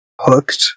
hooked